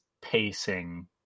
pacing